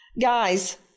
guys